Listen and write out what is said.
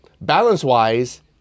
balance-wise